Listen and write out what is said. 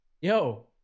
Yo